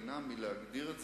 ורע"ם-תע"ל,